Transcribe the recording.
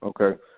Okay